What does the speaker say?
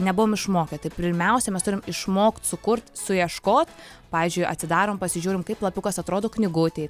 nebuvom išmokę tai pirmiausia mes turim išmokt sukurt suieškot pavyzdžiui atsidarom pasižiūrim kaip lapiukas atrodo knygutėj